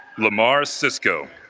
lamarr cisco,